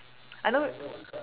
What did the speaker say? I know